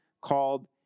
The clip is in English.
called